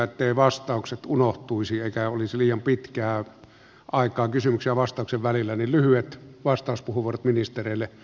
etteivät vastaukset unohtuisi eikä olisi liian pitkää aikaa kysymyksen ja vastauksen välillä niin lyhyet vastauspuheenvuorot ministereille